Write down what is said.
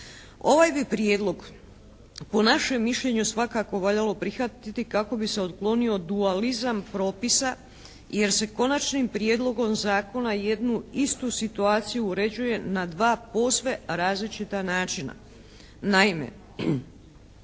Ovaj bi prijedlog po našem mišljenju svakako valjalo prihvatiti kako bi se otklonio dualizam propisa jer se konačnim prijedlogom zakona jednu istu situaciju uređuje na dva posve različita načina.